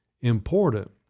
important